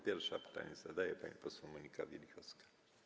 Pierwsza pytanie zadaje pani poseł Monika Wielichowska.